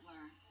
learn